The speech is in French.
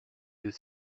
yeux